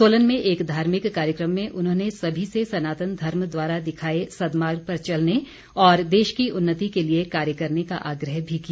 सोलन में एक धार्मिक कार्यक्रम में उन्होंने सभी से सनातन धर्म द्वारा दिखाए सदमार्ग पर चलने और देश की उन्नति के लिए कार्य करने का आग्रह भी किया